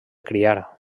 criar